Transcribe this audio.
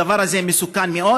הדבר הזה מסוכן מאוד.